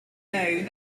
known